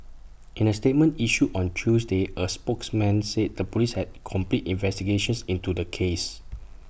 in A statement issued on Tuesday A spokesman said the Police had completed investigations into the case